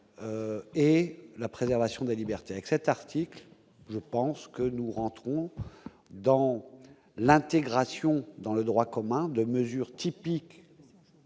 et la préservation des libertés avec cet article, je pense que nous rentrons dans l'intégration dans le droit commun de mesure typique.